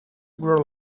grow